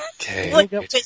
Okay